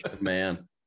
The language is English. man